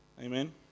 Amen